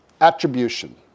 attribution